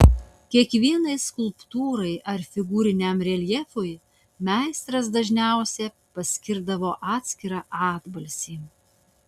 kiekvienai skulptūrai ar figūriniam reljefui meistras dažniausiai paskirdavo atskirą atbalsį